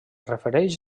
refereix